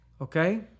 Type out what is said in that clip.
Okay